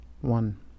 One